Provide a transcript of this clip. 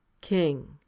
King